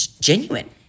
genuine